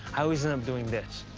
i always end up doing this